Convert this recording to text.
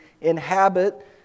inhabit